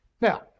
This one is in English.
Now